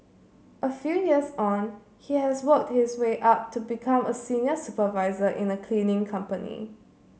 a few years on he has worked his way up to become a senior supervisor in a cleaning company